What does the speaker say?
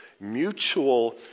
Mutual